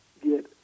get